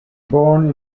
born